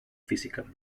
físicas